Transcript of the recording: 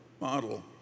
model